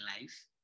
life